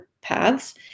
paths